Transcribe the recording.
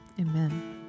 Amen